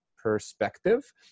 perspective